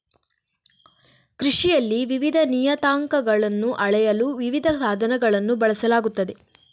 ಕೃಷಿಯಲ್ಲಿ ವಿವಿಧ ನಿಯತಾಂಕಗಳನ್ನು ಅಳೆಯಲು ವಿವಿಧ ಸಾಧನಗಳನ್ನು ಬಳಸಲಾಗುತ್ತದೆ